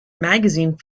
magazine